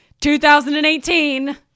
2018